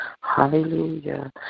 Hallelujah